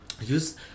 use